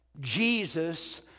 Jesus